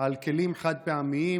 על כלים חד-פעמיים.